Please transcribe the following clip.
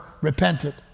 repented